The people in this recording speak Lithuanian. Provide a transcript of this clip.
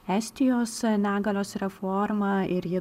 estijos negalios reformą ir ji